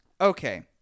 Okay